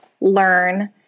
learn